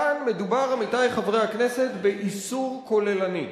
כאן מדובר, עמיתי חברי הכנסת, באיסור כוללני,